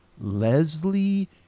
Leslie